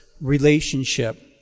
relationship